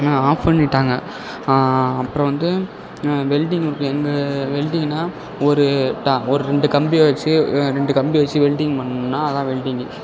அவங்க ஆஃப் பண்ணிவிட்டாங்க அப்புறோம் வந்து இங்கே வெல்டிங் இருக்கு இந்த வெல்டிங்ன்னா ஒரு டா ஒரு ரெண்டு கம்பியை வச்சு ரெண்டு கம்பியை வெச்சு வெல்டிங் பண்ணா அதான் வெல்டிங்கு